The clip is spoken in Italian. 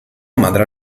madre